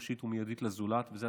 מייד עם הקבלה, הגיעו לזירה, וכו'